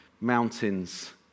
mountains